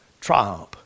triumph